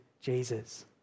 Jesus